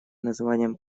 названием